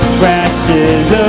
crashes